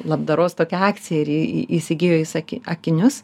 labdaros tokia akcija ir įsigijo jis aki akinius